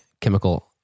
chemical